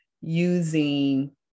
using